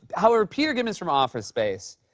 however, peter gibbons from office space.